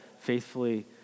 faithfully